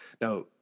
Now